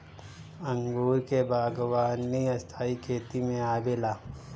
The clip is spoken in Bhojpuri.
अंगूर के बागवानी स्थाई खेती में आवेला